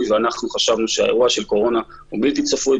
ואנחנו חשבנו שהאירוע של קורונה הוא בלתי צפוי,